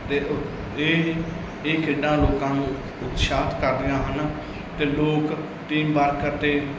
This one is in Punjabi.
ਅਤੇ ਉ ਇਹ ਇਹ ਖੇਡਾਂ ਲੋਕਾਂ ਨੂੰ ਉਤਸ਼ਾਹਿਤ ਕਰਦੀਆਂ ਹਨ ਅਤੇ ਲੋਕ ਟੀਮ ਵਰਕਰ 'ਤੇ